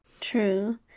True